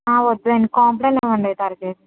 వద్దులెండి Complan ఇవ్వండి అయితే అరకేజీ